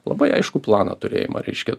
labai aiškų plano turėjimą reiškia